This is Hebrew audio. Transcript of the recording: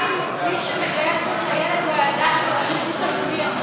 גם מי שמגייס את הילד או הילדה שלו לשירות הלאומי?